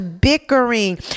bickering